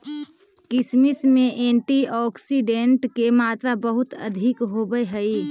किशमिश में एंटीऑक्सीडेंट के मात्रा बहुत अधिक होवऽ हइ